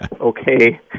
okay